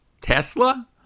Tesla